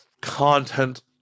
content